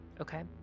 Okay